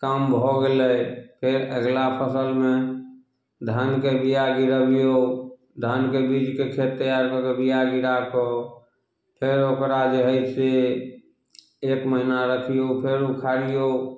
काम भऽ गेलय फेर अगिला फसलमे धानके बीआ गिरबियौ धानके बीजके खेत तैयार कऽ कऽ बीया गिराकऽ फेर ओकरा जे हइ से एक महीना रखियौ फेर उखारियौ